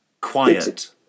quiet